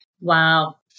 Wow